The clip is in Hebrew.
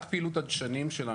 רק פעילות הדשנים שלנו,